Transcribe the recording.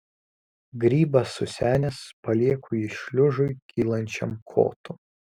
grybas susenęs palieku jį šliužui kylančiam kotu